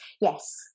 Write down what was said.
yes